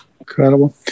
incredible